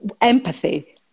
empathy